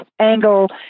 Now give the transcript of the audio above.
angle